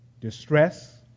distress